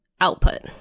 output